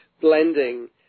blending